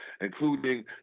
including